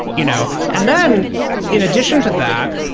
you know and then in addition to that,